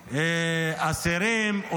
ואסירים,